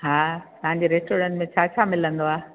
हा तव्हांजे रेस्टोरंट में छा छा मिलंदो आहे